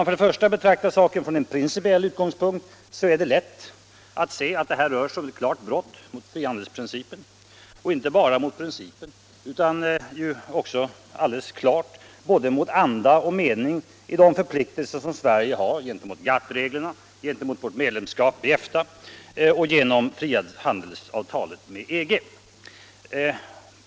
För det första: Om man betraktar saken från en principiell synpunkt är det lätt att se att det här rör sig om ett klart brott mot frihandelsprincipen, och inte bara mot principen utan också mot både anda och mening i de förpliktelser som Sverige har genom vår anslutning till GATT-reglerna, genom medlemskap i EFTA och genom vårt frihandelsavtal med EG.